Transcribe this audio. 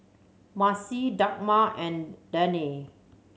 Marci Dagmar and Danae